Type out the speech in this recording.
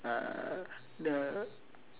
uhh the